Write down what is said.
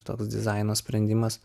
toks dizaino sprendimas